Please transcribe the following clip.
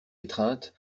étreinte